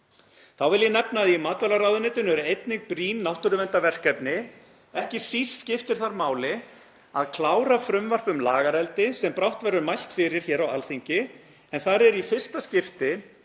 Þá vil ég nefna að í matvælaráðuneytinu eru einnig brýn náttúruverndarverkefni. Ekki síst skiptir þar máli að klára frumvarp um lagareldi sem brátt verður mælt fyrir hér á Alþingi, en þar er í fyrsta skipti